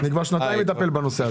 שנתיים מטפל בנושא הזה.